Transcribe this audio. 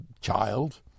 child